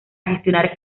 gestionar